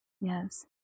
Yes